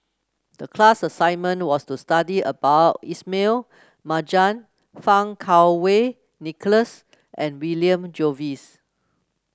the class assignment was to study about Ismail Marjan Fang Kuo Wei Nicholas and William Jervois